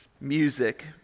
music